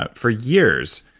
ah for years,